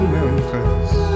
Memphis